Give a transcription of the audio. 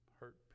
hurt